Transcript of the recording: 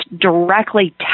directly